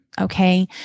okay